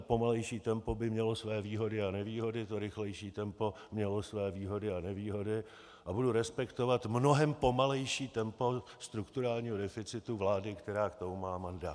Pomalejší tempo by mělo své výhody a nevýhody, rychlejší tempo mělo své výhody a nevýhody a budu respektovat mnohem pomalejší tempo strukturálního deficitu vlády, která k tomu má mandát.